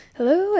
Hello